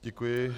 Děkuji.